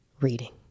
reading